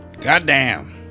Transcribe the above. Goddamn